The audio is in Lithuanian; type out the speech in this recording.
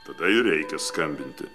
tada ir reikia skambinti